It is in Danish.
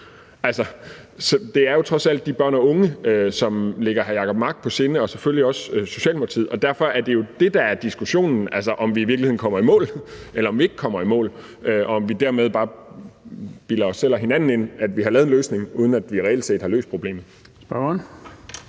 Det er jo trods alt børnene og de unge, som ligger hr. Jacob Mark på sinde, og selvfølgelig også Socialdemokratiet, og derfor er det jo det, der er diskussionen, altså om vi i virkeligheden kommer i mål, eller om vi ikke kommer i mål, og om vi dermed bare bilder os selv og hinanden ind, at vi har lavet en løsning, uden at vi reelt set har løst problemet.